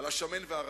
על השמן והרזה.